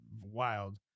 wild